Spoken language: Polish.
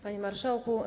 Panie Marszałku!